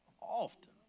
often